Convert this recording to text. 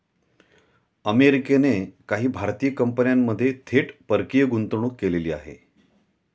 अमेरिकेने काही भारतीय कंपन्यांमध्ये थेट परकीय गुंतवणूक केलेली आहे